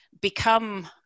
become